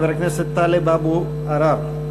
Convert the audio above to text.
חבר הכנסת טלב אבו עראר.